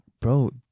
bro